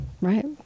Right